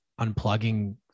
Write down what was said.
unplugging